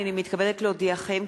הנני מתכבדת להודיעכם,